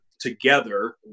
Together